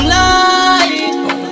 light